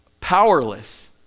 powerless